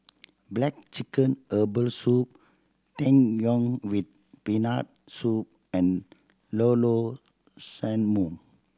black chicken herbal soup Tang Yuen with Peanut Soup and Llao Llao Sanum